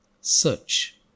search